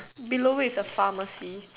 below it is a pharmacy